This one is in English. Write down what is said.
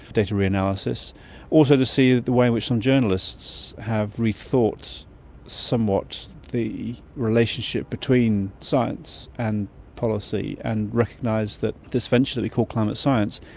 data reanalysis. also to see the way in which some journalists have rethought somewhat the relationship between science and policy and recognise that this venture that we call climate science,